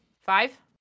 Five